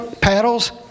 paddles